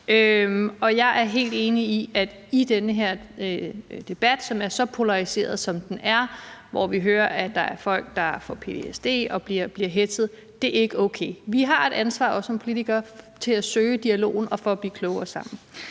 Jeg er helt enig i, at i den her debat, som er så polariseret, som den er, og hvor vi hører, at der er folk, der får ptsd og bliver hetzet – og det er ikke okay – har vi et ansvar, også som politikere, for at søge dialogen og for at blive klogere sammen.